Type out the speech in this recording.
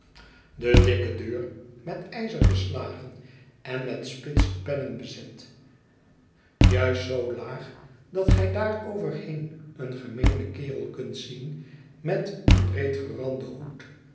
de dikke deur met ijzer beslagen en met spitse pennen bezet juist zoo laag dat gij daaroverheen een gemeenen kerel kunt zien met een breedgeranden hoed